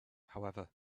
however